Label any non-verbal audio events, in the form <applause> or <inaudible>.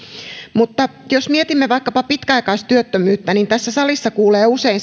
mutta jos mietimme vaikkapa pitkäaikaistyöttömyyttä niin tässä salissa kuulee usein <unintelligible>